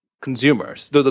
consumers